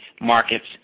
markets